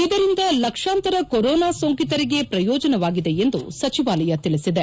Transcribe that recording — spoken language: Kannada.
ಇದರಿಂದ ಲಕ್ಷಾಂತರ ಕೊರೊನಾ ಸೋಂಕಿತರಿಗೆ ಪ್ರಯೋಜನವಾಗಿದೆ ಎಂದು ಸಚಿವಾಲಯ ತಿಳಿಸಿದೆ